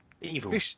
evil